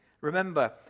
Remember